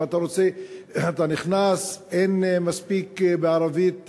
אם אתה רוצה, אתה נכנס, אין מספיק הנחיות בערבית,